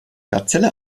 gazelle